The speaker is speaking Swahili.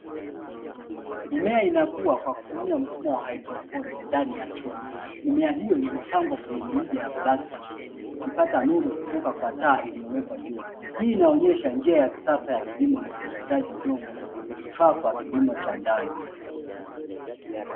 Mimea inakua kwa kupitia mfumo wa haidroponi ndani ya chumba, mimea hiyo imepangwa kwa kwenye mirija ya plastiki ikipata nuru inayotoka kwa taa iliyowekwa juu. Hii inaonyesha njia ya kisasa ya kilimo isiyohitaji udongo ikifaa kwa kilimo cha ndani.